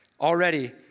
Already